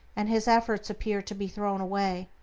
and his efforts appear to be thrown away.